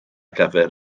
gyfer